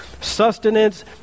sustenance